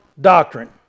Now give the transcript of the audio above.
doctrine